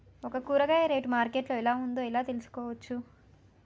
ఒక కూరగాయ rate market లో ఎలా ఉందో ఎలా తెలుసుకోవచ్చు?